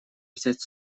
взять